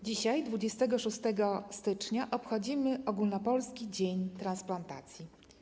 Dzisiaj, 26 stycznia, obchodzimy Ogólnopolski Dzień Transplantacji.